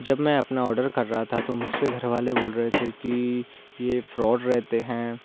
जब मैं अपना ऑर्डर कर रहा था तो मुझसे घर वाले बोल रहे थे कि यह फ्रॉड रहते हैं